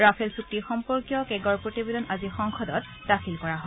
Rafale চুক্তি সম্পৰ্কীয় কেগৰ প্ৰতিবেদন আজি সংসদত দাখিল কৰা হয়